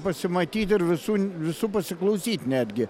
pasimatyt ir visų visų pasiklausyt netgi